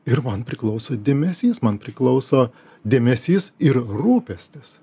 ir man priklauso dėmesys man priklauso dėmesys ir rūpestis